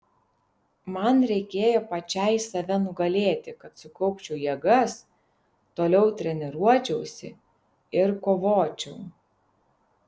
man reikėjo pačiai save nugalėti kad sukaupčiau jėgas toliau treniruočiausi ir kovočiau